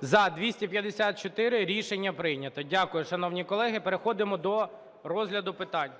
За-254 Рішення прийнято. Дякую, шановні колеги. Переходимо до розгляду питань.